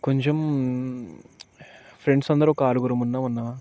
కొంచెం ఫ్రెండ్స్ అందరు ఒక ఆరుగురుము ఉన్నాము అన్నాను